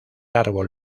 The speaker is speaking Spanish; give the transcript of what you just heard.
árbol